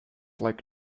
like